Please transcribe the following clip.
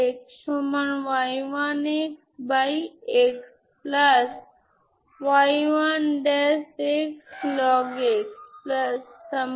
এখন আমরা 3rd কেসটি দেখি সিঙ্গুলার স্টর্ম লিওভিলে সিস্টেম